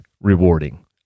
rewarding